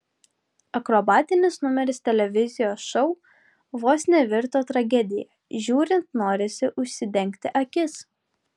akrobatinis numeris televizijos šou vos nevirto tragedija žiūrint norisi užsidengti akis